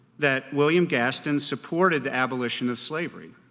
that william gaston supported the abolition of slavery.